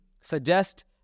suggest